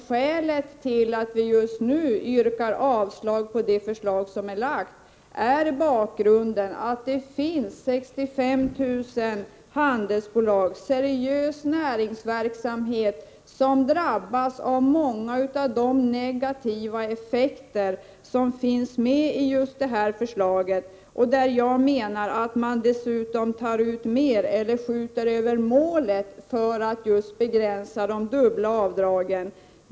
Skälet till att vi just nu yrkar avslag på framlagda förslag är att det finn 65 000 handelsbolag i seriös näringsverksamhet och att för dessa många a effekterna av det här förslaget skulle bli negativa. Dessutom menar jag att man skjuter över målet när man vill begränsa d dubbla avdragen.